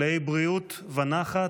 מלאי בריאות ונחת,